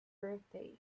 birthday